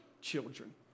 children